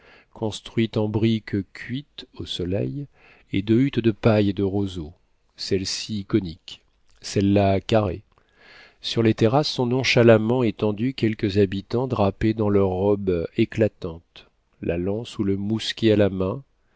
construites en briques cuites au soleil et de huttes de paille et de roseaux celles-ci coniques celles-là carrées sur les terrasses sont nonchalamment étendus quelques habitants drapés dans leur robe éclatante la lance ou le mousquet à la main